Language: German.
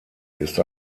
ist